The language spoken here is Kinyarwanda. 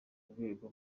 rwego